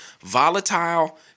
Volatile